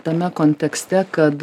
tame kontekste kad